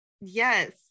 yes